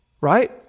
right